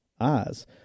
eyes